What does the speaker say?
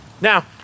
Now